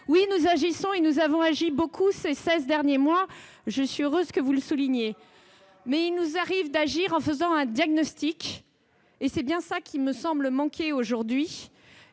Oui, nous agissons et nous avons agi beaucoup ces seize derniers mois, je suis heureuse que vous le souligniez. Mais il nous arrive d'agir en faisant un diagnostic, et c'est bien cela qui semble manquer aujourd'hui,